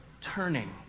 turning